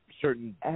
certain